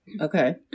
Okay